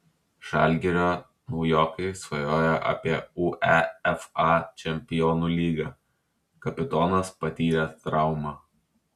žalgirio naujokai svajoja apie uefa čempionų lygą kapitonas patyrė traumą